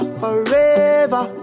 forever